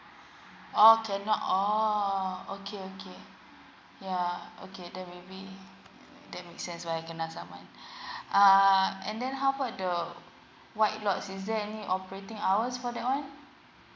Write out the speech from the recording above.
oh cannot oh okay okay yeah okay then maybe that makes sense why I can kena saman uh and then how about the white lot is there any operating hours for that one